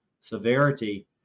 severity